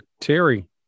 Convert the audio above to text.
Terry